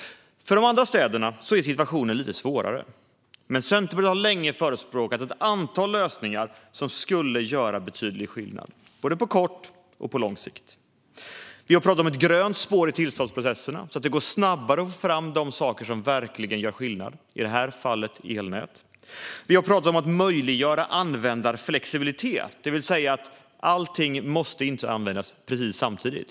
För de andra städerna är situationen lite svårare. Centerpartiet har länge förespråkat ett antal lösningar som skulle göra betydlig skillnad på både kort och lång sikt. Vi har pratat om ett grönt spår i tillståndsprocesserna så att det går snabbare att få fram de saker som verkligen gör skillnad, i det här fallet elnät. Vi har pratat om att möjliggöra användarflexibilitet, det vill säga att allting inte måste användas precis samtidigt.